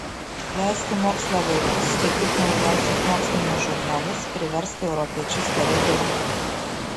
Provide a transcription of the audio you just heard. leisk į mokslą vaikus skaityk naujausius mokslinius žurnalus priversk europiečius tave gerbti